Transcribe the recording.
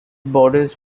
borders